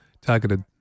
targeted